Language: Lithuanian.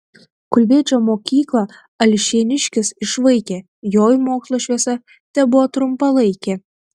kulviečio mokyklą alšėniškis išvaikė joj mokslo šviesa tebuvo trumpalaikė